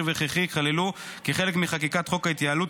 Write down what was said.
והכרחי ייכללו כחלק מחקיקת חוק ההתייעלות,